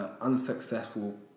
unsuccessful